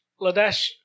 Ladash